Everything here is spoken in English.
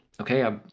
okay